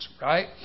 Right